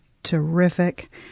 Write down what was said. Terrific